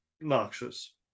noxious